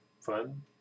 fun